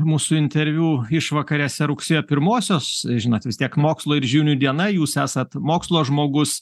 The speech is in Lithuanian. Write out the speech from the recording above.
mūsų interviu išvakarėse rugsėjo pirmosios žinot vis tiek mokslo ir žinių diena jūs esat mokslo žmogus